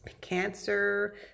cancer